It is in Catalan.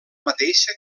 mateixa